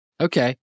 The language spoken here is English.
Okay